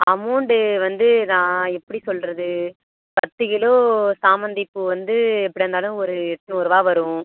amount வந்து நான் எப்படி சொல்வது பத்து கிலோ சாமந்தி பூ வந்து எப்படியா இருந்தாலும் ஒரு எண்நூறுவா வரும்